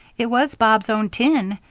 it was bob's own tin,